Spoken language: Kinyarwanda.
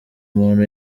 umuntu